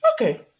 Okay